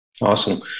Awesome